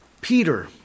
Peter